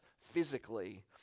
physically